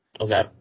Okay